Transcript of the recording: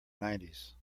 nineties